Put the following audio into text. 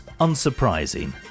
unsurprising